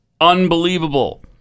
unbelievable